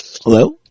Hello